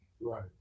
Right